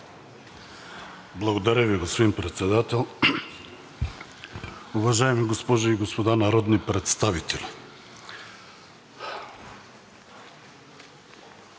Благодаря Ви, господин Председател. Уважаеми госпожи и господа народни представители!